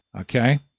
okay